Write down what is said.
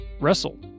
Wrestle